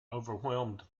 overwhelmed